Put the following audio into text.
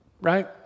Right